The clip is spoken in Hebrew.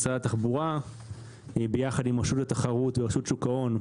משרד התחבורה ביחד עם רשות התחרות ורשות שוק ההון,